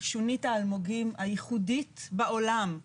שונית האלמוגים הייחודית בעולם,